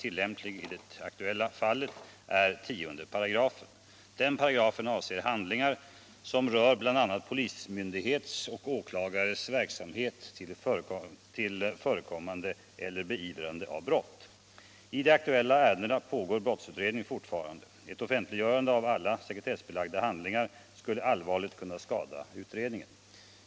I de aktuella ärendena pågår brottsutredning fortfarande. Ett offentliggörande av alla sekretessbelagda handlingar skulle allvarligt kunna skada utredningen.